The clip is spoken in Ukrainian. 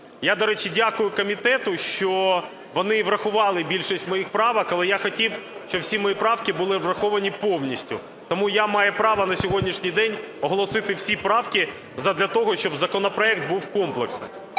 Я, до речі, дякую комітету, що вони врахували більшість моїх правок, але я хотів, щоб всі мої правки були враховані повністю. Тому я маю право на сьогоднішній день оголосити всі правки задля того, щоб законопроект був комплексний.